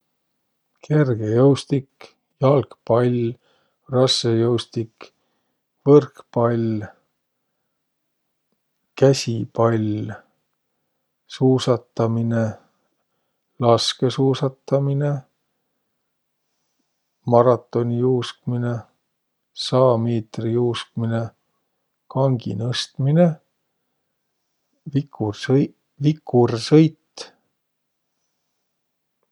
Kergejoustik, jalgpall, rassõjoustik, võrkpall, käsipall, suusataminõ, laskõsuusataminõ, maratonijuuskminõ, saa miitri juuskminõ, kanginõstminõ, vikursõi- vikursõit.